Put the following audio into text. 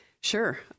Sure